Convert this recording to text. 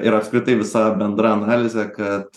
ir apskritai visa bendra analizė kad